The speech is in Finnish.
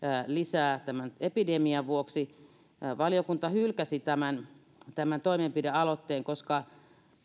lisää tämän epidemian vuoksi valiokunta hylkäsi tämän tämän toimenpidealoitteen koska